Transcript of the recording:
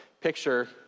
picture